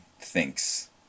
thinks